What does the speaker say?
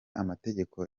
amategeko